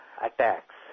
attacks